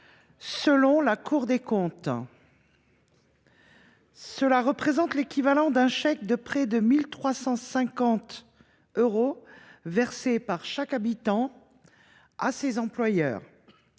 Selon la Cour des comptes, cela représente l’équivalent d’un chèque de près de 1 350 euros signé par chaque habitant à son employeur.